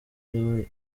ariwe